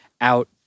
out